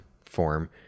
form